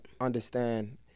understand